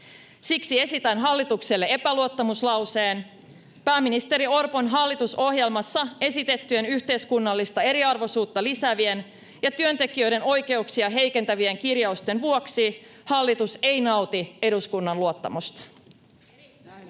Siksi esitän hallitukselle epäluottamuslauseen: ”Pääministeri Orpon hallitusohjelmassa esitettyjen yhteiskunnallista eriarvoisuutta lisäävien ja työntekijöiden oikeuksia heikentävien kirjausten vuoksi hallitus ei nauti eduskunnan luottamusta.”